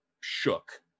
shook